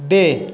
day